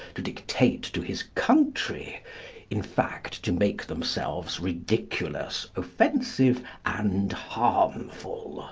to dictate to his country in fact, to make themselves ridiculous, offensive, and harmful.